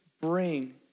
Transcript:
bring